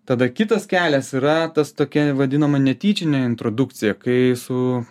tada kitas kelias yra tas tokia vadinama netyčinė introdukcija kai su